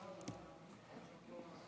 בבקשה.